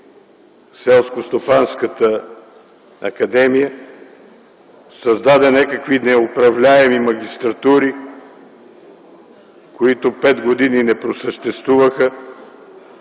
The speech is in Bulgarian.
Селскостопанската академия, създаде някакви неуправляеми магистратури, които пет години не просъществуваха